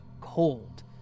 cold